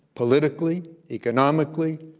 politically, economically,